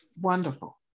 Wonderful